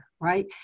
right